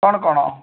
କ'ଣ କ'ଣ